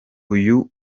iyo